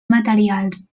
materials